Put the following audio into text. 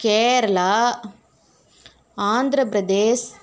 Kerala Andhra Pradesh